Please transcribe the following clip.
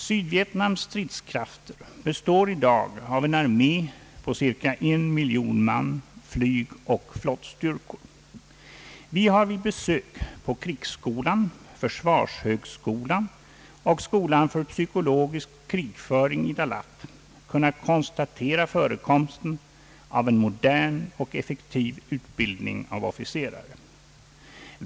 Sydvietnams stridskrafter består i dag av en armé på cirka en miljon man samt flygoch flottstyrkor. Vi har vid besök på krigsskolan, försvarshögskolan och skolan för psykologisk krigföring i Dalat kunnat konstatera förekomsten av en modern och effektiv utbildning av officerare.